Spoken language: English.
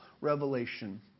revelation